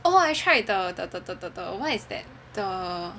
oh I tried the the the the the what is that the